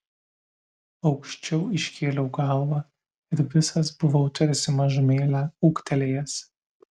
aukščiau iškėliau galvą ir visas buvau tarsi mažumėlę ūgtelėjęs